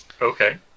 Okay